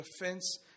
offense